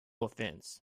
offense